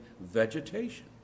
vegetation